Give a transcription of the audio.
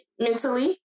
mentally